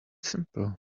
simple